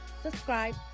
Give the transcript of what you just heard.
subscribe